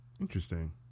Interesting